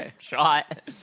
shot